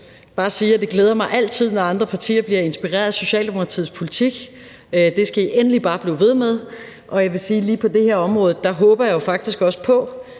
bare sige, at det altid glæder mig, når andre partier bliver inspireret af Socialdemokratiets politik. Det skal I endelig bare blive ved med. Jeg vil sige, at lige på det her område håber jeg faktisk også på,